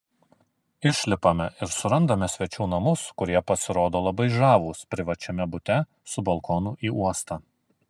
išlipame ir surandame svečių namus kurie pasirodo labai žavūs privačiame bute su balkonu į uostą